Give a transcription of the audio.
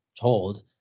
told